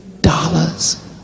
dollars